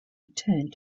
returned